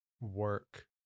work